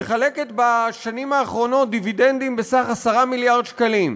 ומחלקת בשנים האחרונות דיבידנדים בסך 10 מיליארד שקלים,